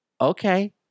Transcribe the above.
okay